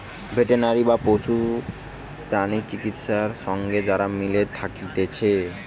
veterinary বা পশু প্রাণী চিকিৎসা সঙ্গে যারা মিলে থাকতিছে